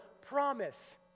promise